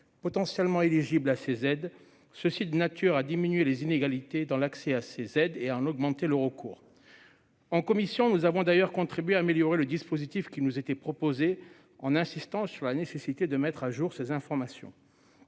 potentiellement éligibles à ces aides. C'est de nature à diminuer les inégalités et à augmenter le recours à ces aides. En commission, nous avons d'ailleurs contribué à améliorer le dispositif qui nous était proposé, en insistant sur la nécessité de mettre à jour ces informations.